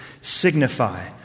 signify